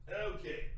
okay